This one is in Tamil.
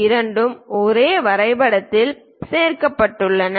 இரண்டும் ஒரே வரைபடத்தில் சேர்க்கப்பட்டுள்ளன